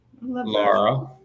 Laura